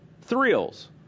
thrills